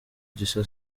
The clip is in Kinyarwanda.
gisa